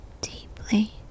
deeply